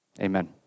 Amen